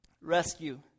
rescue